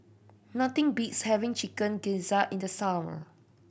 nothing beats having Chicken Gizzard in the summer